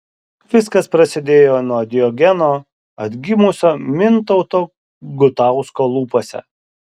viskas prasidėjo nuo diogeno atgimusio mintauto gutausko lūpose